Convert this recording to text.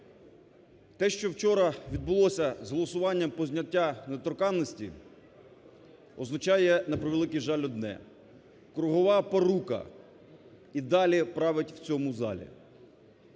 Те, що вчора відбулося з голосуванням по зняттю недоторканності, означає на превеликий жаль одне: кругова порука і далі править цьому залі.